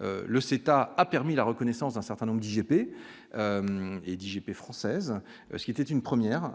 Le CETA a permis la reconnaissance d'un certain nombre d'IGP et JP française ce qui était une première